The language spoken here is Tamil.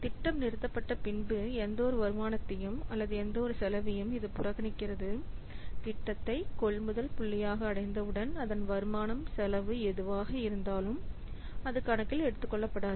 திட்டம் நிறுத்தப்பட்ட பின்பு எந்தவொரு வருமானத்தையும் அல்லது எந்தவொரு செலவையும் இது புறக்கணிக்கிறது திட்டத்தை கொள்முதல் புள்ளியாக அடைந்தவுடன் அதன் வருமான செலவு எதுவாக இருந்தாலும் அது கணக்கில் எடுத்துக்கொள்ளப்படாது